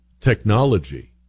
technology